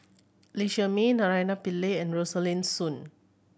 Lee Shermay Naraina Pillai and Rosaline Soon